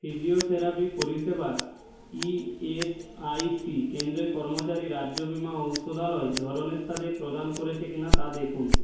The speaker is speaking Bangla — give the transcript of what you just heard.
ফিজিওথেরাপি পরিষেবা ইএসআইসি কেন্দ্রের কর্মচারী রাজ্য বীমা ঔষধালয় ধরনের সাথে প্রদান করেছে কি না তা দেখুন